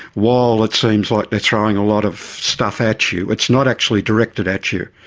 while it seems like they are throwing a lot of stuff at you, it's not actually directed at you,